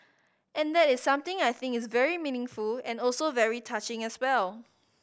and that is something I think is very meaningful and also very touching as well